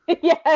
yes